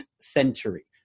century